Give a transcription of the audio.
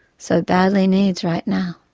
so badly needs right now.